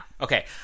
Okay